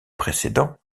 précédents